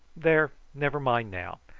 there, never mind now.